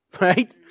Right